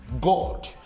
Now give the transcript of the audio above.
God